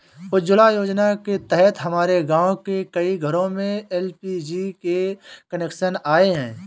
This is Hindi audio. उज्ज्वला योजना के तहत हमारे गाँव के कई घरों में एल.पी.जी के कनेक्शन आए हैं